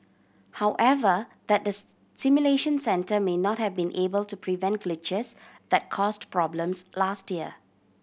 however that the simulation centre may not have been able to prevent glitches that caused problems last year